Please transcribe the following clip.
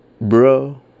bro